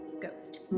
ghost